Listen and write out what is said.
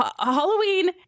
halloween